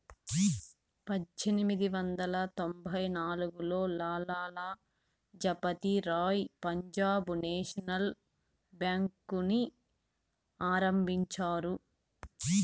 పజ్జేనిమిది వందల తొంభై నాల్గులో లాల లజపతి రాయ్ పంజాబ్ నేషనల్ బేంకుని ఆరంభించారు